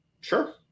Sure